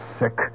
sick